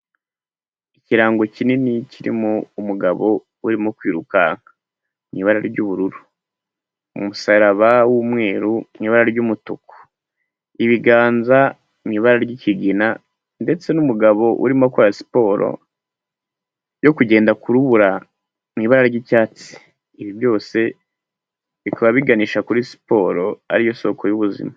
Ikirango kinini kirimo umugabo urimo kwirukanka mwibara ry'ubururu, umusaraba w'umweru ibara ry'umutuku, ibiganza mu ibara ry'ikigina ndetse n'umugabo urimo akora siporo yo kugenda ku rubura mu ibara ry'icyatsi. Ibi byose bikaba biganisha kuri siporo ariyo soko y'ubuzima.